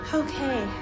okay